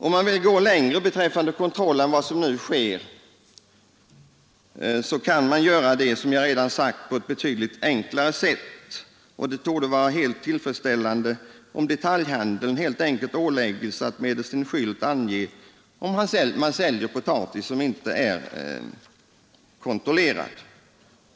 Om man vill gå längre beträffande kontroll än vad som nu sker kan man göra detta, som jag redan sagt, på ett betydligt enklare sätt. Det torde vara helt tillfredsställande om detaljhandeln ålägges att medelst en skylt ange om man säljer potatis som inte är kontrollerad.